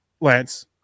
Lance